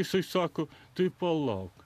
jisai sako tu palauk